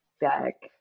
back